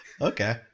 okay